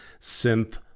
synth